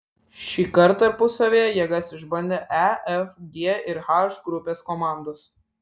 šįkart tarpusavyje jėgas išbandė e f g ir h grupės komandos